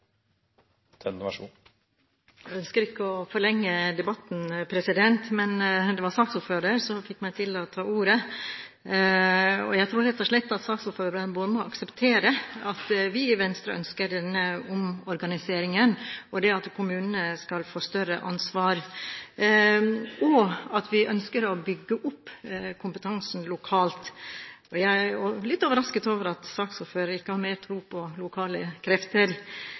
ønsker ikke å forlenge debatten, men det var saksordføreren som fikk meg til å ta ordet. Jeg tror rett og slett at saksordføreren må akseptere at vi i Venstre ønsker både denne omorganiseringen og det at kommunene skal få større ansvar, og at vi ønsker å bygge opp kompetansen lokalt. Jeg er litt overrasket over at saksordføreren ikke har mer tro på lokale krefter.